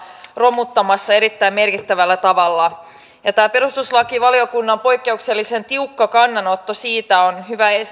romuttamassa erittäin merkittävällä tavalla tämä perustuslakivaliokunnan poikkeuksellisen tiukka kannanotto on hyvä